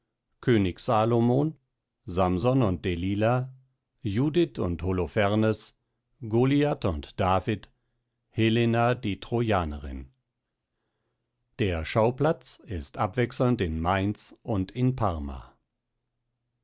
könig salomon simson und delila judith und holofernes goliath und david helena die trojanerin der schauplatz ist abwechselnd in mainz und in parma